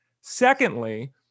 Secondly